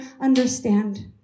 understand